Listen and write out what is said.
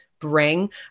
bring